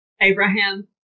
Abraham